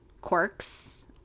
quirks